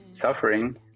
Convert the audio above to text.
suffering